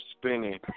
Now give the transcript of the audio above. spinning